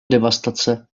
devastace